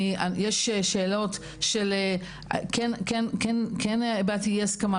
יש שאלות של כן הבעתי אי הסכמה,